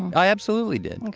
i absolutely did.